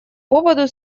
поводу